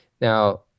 Now